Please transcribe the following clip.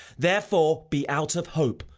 therefore be out of hope,